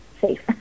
safe